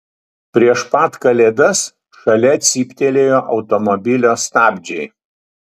prieš pat kalėdas šalia cyptelėjo automobilio stabdžiai